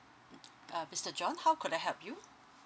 uh mister john how could I help you